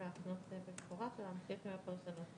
מה שהעיר כאן אחד מחברי הכנסת בנוגע להפיכת נתב"ג